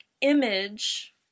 image